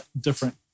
different